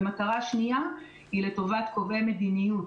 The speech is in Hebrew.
המטרה השנייה היא לטובת קובעי מדניות,